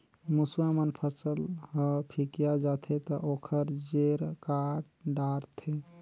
मूसवा मन फसल ह फिकिया जाथे त ओखर जेर काट डारथे